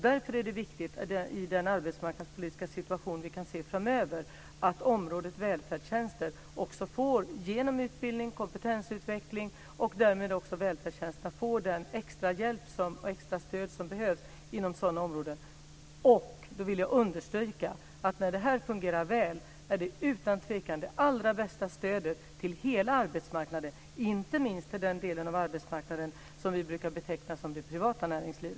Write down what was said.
Därför är det i den arbetsmarknadspolitiska situation vi kan se framöver viktigt att området välfärdstjänster genom utbildning och kompetensutveckling också får den extra hjälp och det extra stöd som behövs inom sådana områden. Då vill jag understryka att när det här fungerar väl är det utan tvivel det allra bästa stödet till hela arbetsmarknaden, inte minst till den del av arbetsmarknaden som vi brukar beteckna det privata näringslivet.